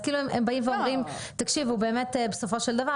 אז כאילו הם באים ואומרים שבאמת בסופו של דבר,